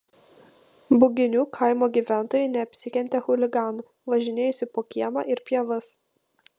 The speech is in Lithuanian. buginių kaimo gyventojai neapsikentė chuliganų važinėjosi po kiemą ir pievas